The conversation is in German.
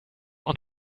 und